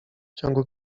ciągu